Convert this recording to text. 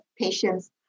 patients